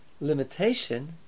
limitation